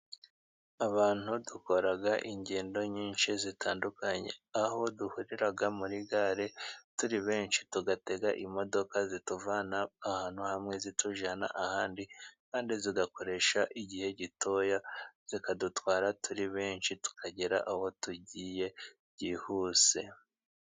Abantu dukora ingendo nyinshi zitandukanye. Aho duhurira muri gare turi benshi，tugatega imodoka zituvana ahantu hamwe zitujyana ahandi，kandi zigakoresha igihe gitoya， zikadutwara turi benshi tukagera aho tugiye byihuse.